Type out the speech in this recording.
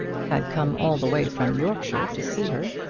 had come all the way from yorkshire to see her.